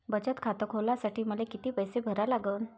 बचत खात खोलासाठी मले किती पैसे भरा लागन?